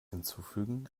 hinzufügen